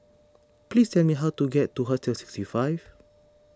please tell me how to get to Hostel sixty five